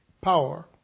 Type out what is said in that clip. power